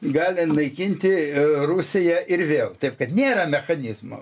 gali naikinti rusija ir vėl taip kad nėra mechanizmo